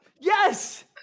Yes